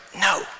no